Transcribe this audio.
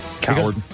Coward